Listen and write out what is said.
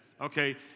Okay